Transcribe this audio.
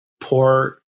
poor